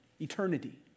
eternity